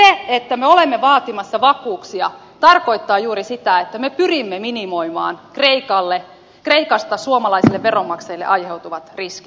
mutta se että me olemme vaatimassa vakuuksia tarkoittaa juuri sitä että me pyrimme minimoimaan kreikasta suomalaisille veronmaksajille aiheutuvat riskit